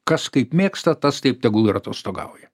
kas kaip mėgsta tas taip tegul ir atostogauja